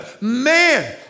Man